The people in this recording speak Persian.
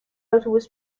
اتوبوس